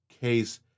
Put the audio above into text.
case